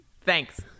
thanks